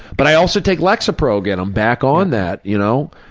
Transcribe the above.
but i also take lexapro again. i'm back on that, you know.